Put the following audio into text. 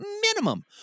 minimum